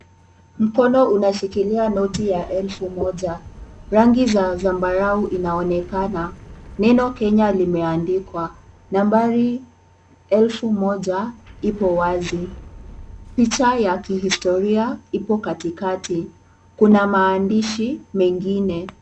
Mkono unashikilia noti ya 1000. Rangi za zambarau inaonekana, neno Kenya limeandikwa na nambari 1000 ipo wazi, picha ya kihistoria ipo katikati, kuna maandishi mengine.